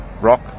rock